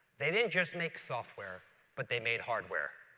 they didn't just make software but they made hardware.